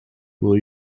will